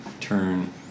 turn